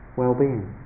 well-being